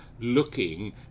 looking